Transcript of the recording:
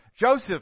Joseph